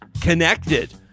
connected